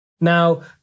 Now